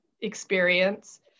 experience